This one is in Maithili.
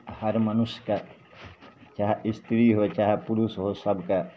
हर मनुष्यके चाहे स्त्री हो चाहे पुरुष हो सबके